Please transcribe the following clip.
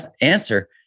answer